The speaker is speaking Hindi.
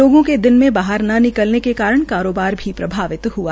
लोगों के दिन में बाहर न निकलने के कारण कारोबार भी प्रभावित हआ